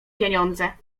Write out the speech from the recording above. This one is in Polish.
pieniądze